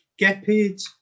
Gepid